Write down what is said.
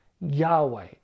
Yahweh